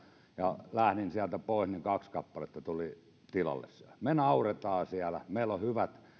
ja kun lähdin sieltä pois niin kaksi kappaletta tuli tilalle me nauramme siellä meillä hyvät